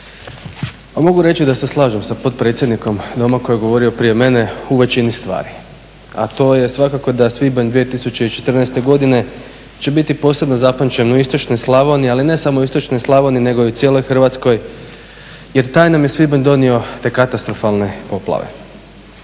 Mogu reći da se slažem sa potpredsjednikom doma koji je govorio prije mene u veći stvari, a to je svakako da svibanj 2014. godine će biti posebno zapamćen u istočnoj Slavoniji, ali ne samo u istočnoj Slavoniji nego i u cijeloj Hrvatskoj jer taj nam je svibanj donio te katastrofalne poplave.